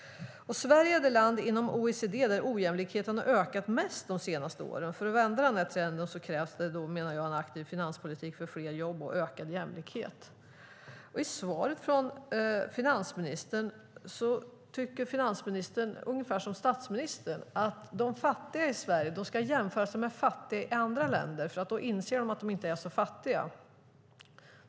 Sverige är det land inom OECD där ojämlikheten har ökat mest de senaste åren. För att vända den trenden krävs det, menar jag, en aktiv finanspolitik för fler jobb och ökad jämlikhet. I svaret från finansministern tycker finansministern ungefär som statsministern, att de fattiga i Sverige ska jämföra sig med fattiga i andra länder, därför att då inser de att de inte är så fattiga.